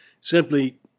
Simply